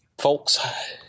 folks